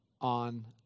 on